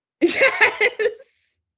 Yes